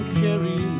carry